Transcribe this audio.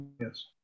Yes